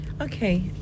Okay